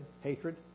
hatred